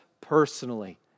personally